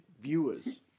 viewers